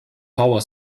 power